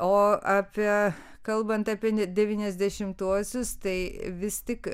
o apie kalbant apie devyniasdešimtuosius tai vis tik